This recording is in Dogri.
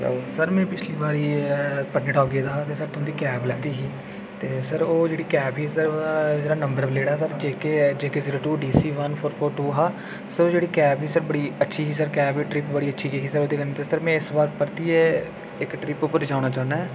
सर में पिछली बारी एह् ऐ पत्नीटाप गेदा हा सर में तुं'दी कैब लैती ही ते सर ओह् जेह्ड़ी कैब ही ते सर ओह्दा नंबर प्लेट हा JK JK zero two D C one four four two हा सर ओह् जेह्ड़ी कैब ही सर बड़ी अच्छी ही कैब ट्रिप्प बड़ी अच्छी गेई ही ओह्दे कन्नै साढ़ी ते सर में इस बार परतियै इक ट्रिप पर जाना चाह्न्ना ऐं